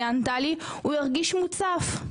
היא ענתה לי: "הוא הרגיש מוצף,